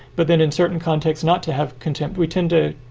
but then in certain contexts, not to have contempt, we tend to,